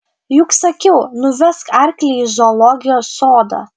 juk sakiau nuvesk arklį į zoologijos sodą